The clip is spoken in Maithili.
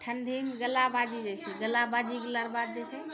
ठण्डीमे गला बाझि जाइ छै गला बाझि गेला रऽ बाद जे छै